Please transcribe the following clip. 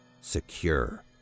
Secure